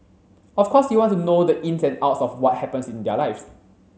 of course you want to know the ins and outs of what happens in their lives